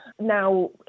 now